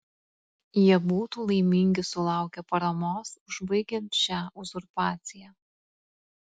jie būtų laimingi sulaukę paramos užbaigiant šią uzurpaciją